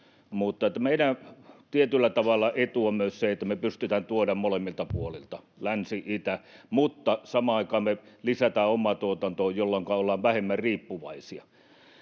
meidän tietyllä tavalla etu on myös se, että me pystytään tuomaan molemmilta puolilta — länsi, itä — ja samaan aikaan me lisätään omaa tuotantoa, jolloinka ollaan vähemmän riippuvaisia.